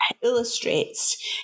illustrates